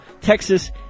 Texas